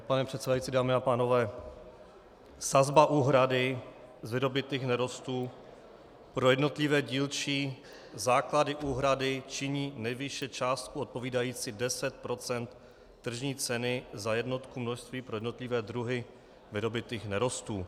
Pane předsedající, dámy a pánové, sazba úhrady z vydobytých nerostů pro jednotlivé dílčí základy úhrady činí nejvýše částku odpovídající 10 % tržní ceny za jednotku množství pro jednotlivé druhy vydobytých nerostů.